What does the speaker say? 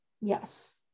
Yes